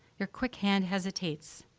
your quick hand hesitates,